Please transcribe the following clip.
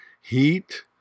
heat